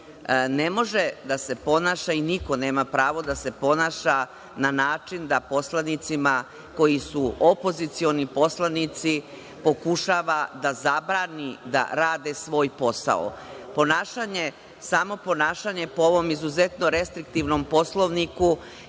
ne može da se ponaša i niko nema pravo da se ponaša na način da poslanicima koji su opozicioni poslanici pokušava da zabrani da rade svoj posao. Samo ponašanje po ovom izuzetno restriktivnom Poslovniku